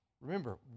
Remember